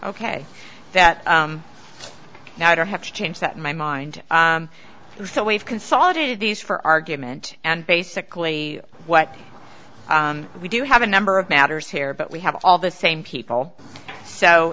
ok that now i don't have to change that in my mind so we've consolidated these for argument and basically what we do have a number of matters here but we have all the same people so